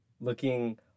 looking